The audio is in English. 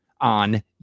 on